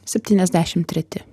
septyniasdešim treti